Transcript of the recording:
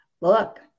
look